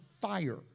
fire